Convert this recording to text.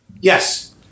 Yes